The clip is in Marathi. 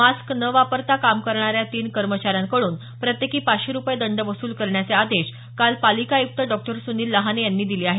मास्क न वापरता काम करणाऱ्या तीन कर्मचाऱ्यांकडून प्रत्येकी पाचशे रुपये दंड वसूल करण्याचे आदेश काल पालिका आयुक्त डॉ सुनिल लहाने यांनी दले आहेत